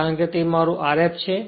કારણ કે આ તે મારું Rf છે